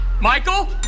Michael